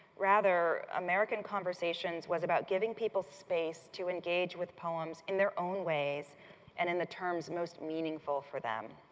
rather american conversations was about giving people space to engage with poems in their own ways and in the terms most meaningful for them.